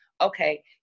okay